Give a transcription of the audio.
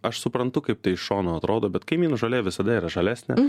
aš suprantu kaip tai iš šono atrodo bet kaimynų žolė visada yra žalesnė